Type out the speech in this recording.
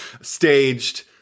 staged